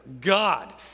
God